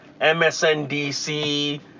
MSNDC